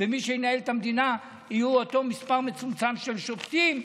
ומי שינהל את המדינה יהיה אותו מספר מצומצם של שופטים,